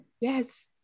Yes